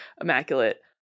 immaculate